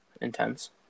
intense